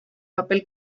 papel